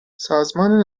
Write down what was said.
سازمان